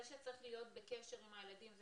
זה שצריך להיות בקשר עם הילדים,